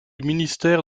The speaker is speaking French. ministère